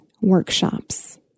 workshops